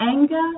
Anger